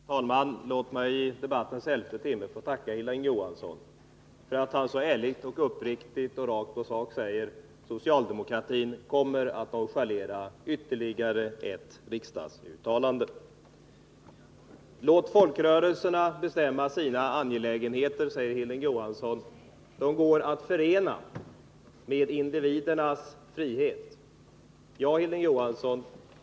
Herr talman! Låt mig i debattens elfte timme få tacka Hilding Johansson för att han så ärligt, uppriktigt och rakt på sak säger: Socialdemokratin kommer att nonchalera ytterligare ett riksdagsuttalande. Låt folkrörelserna bestämma om sina angelägenheter — det går att förena med individernas frihet, säger Hilding Johansson.